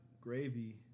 gravy